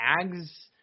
tags